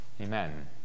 Amen